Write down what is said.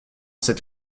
cette